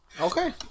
Okay